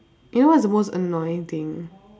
you know what's the most annoying thing